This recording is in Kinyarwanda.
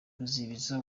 ruzibiza